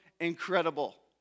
incredible